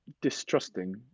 distrusting